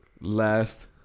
Last